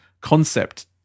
concept